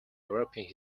european